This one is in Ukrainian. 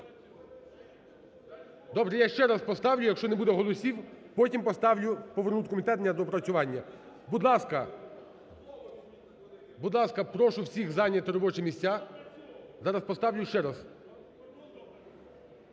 Добре, я ще раз поставлю, якщо не буде голосів, потім поставлю повернути в комітет на доопрацювання. Будь ласка, будь ласка, прошу всіх зайняти робочі місця, зараз поставлю ще раз.